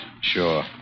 Sure